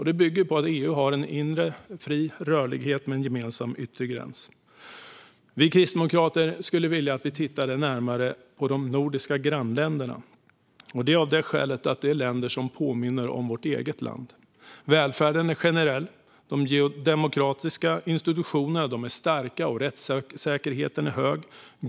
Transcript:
Det bygger på att EU har en fri inre rörlighet och en gemensam yttre gräns. Vi kristdemokrater skulle också vilja att vi tittade närmare på de nordiska grannländerna av det skälet att det är länder som påminner om vårt eget land. Välfärden är generell, de demokratiska institutionerna är starka och rättssäkerheten är hög.